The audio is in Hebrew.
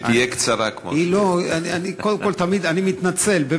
שתהיה קצרה כמו, כבוד השר, קודם כול, אני מתנצל.